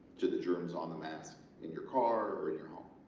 to the germs on the masks in your car or in your home